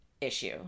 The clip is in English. issue